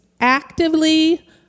actively